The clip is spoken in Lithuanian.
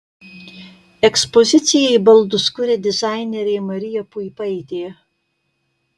ekspozicijai baldus kuria dizainerė marija puipaitė